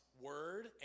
Word